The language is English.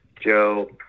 Joe